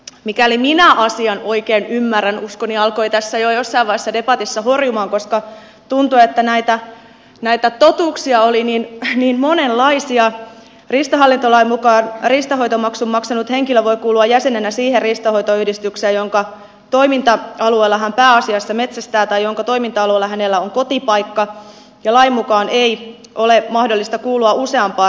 mikäli minä asian oikein ymmärrän uskoni alkoi tässä jo jossain vaiheessa debatissa horjumaan koska tuntui että näitä totuuksia oli niin monenlaisia riistahallintolain mukaan riistanhoitomaksun maksanut henkilö voi kuulua jäsenenä siihen riistanhoitoyhdistykseen jonka toiminta alueella hän pääasiassa metsästää tai jonka toiminta alueella hänellä on kotipaikka ja lain mukaan ei ole mahdollista kuulua useampaan riistanhoitoyhdistykseen